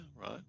right